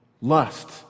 lust